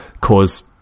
cause